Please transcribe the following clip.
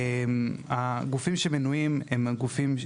הגופים שמנויים הם הגופים,